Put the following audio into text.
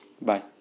Bye